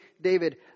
David